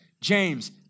James